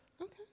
Okay